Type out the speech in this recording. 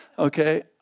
Okay